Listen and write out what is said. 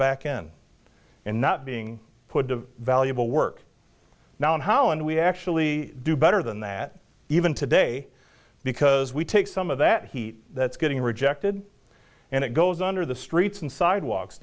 back in and not being put to valuable work now and how and we actually do better than that even today because we take some of that heat that's getting rejected and it goes under the streets and sidewalks